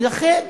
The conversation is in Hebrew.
ולכן